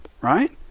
right